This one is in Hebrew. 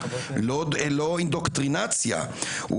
לא אינדוקטרינציה,